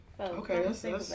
Okay